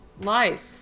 Life